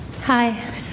Hi